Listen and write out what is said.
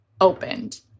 opened